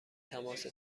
تماس